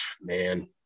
man